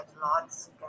lots